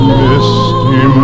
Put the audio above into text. misty